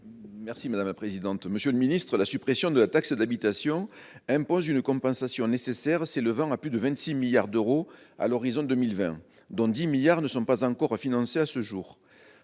les collectivités territoriales. La suppression de la taxe d'habitation impose une compensation nécessaire s'élevant à plus de 26 milliards d'euros à l'horizon 2020, dont 10 milliards ne sont pas encore financés à ce jour.